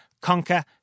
conquer